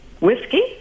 Whiskey